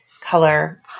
color